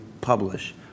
publish